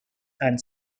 and